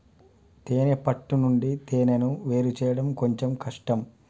తేనే పట్టు నుండి తేనెను వేరుచేయడం కొంచెం కష్టం